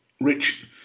rich